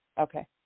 Okay